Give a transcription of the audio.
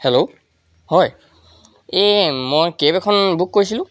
hello হয় এ মই কেব এখন বুক কৰিছিলোঁ